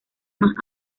más